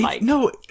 No